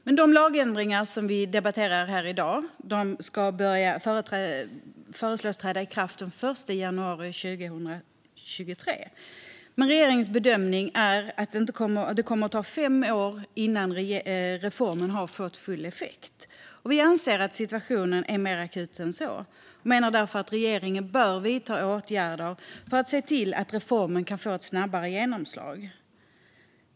De lagändringar som vi debatterar i dag föreslås träda i kraft den 1 januari 2023. Regeringens bedömning är dock att det kommer att ta fem år innan reformen har fått full effekt. Vi anser att situationen är mer akut än så och menar därför att regeringen bör vidta åtgärder för att se till att reformen kan få ett snabbare genomslag.